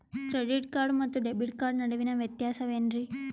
Credit card ಮತ್ತು debit card ನಡುವಿನ ವ್ಯತ್ಯಾಸ ವೇನ್ರೀ?